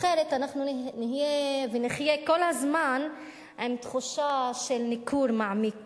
אחרת אנחנו נהיה ונחיה כל הזמן עם תחושה של ניכור מעמיק